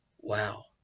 Wow